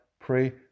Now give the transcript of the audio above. pray